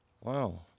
Wow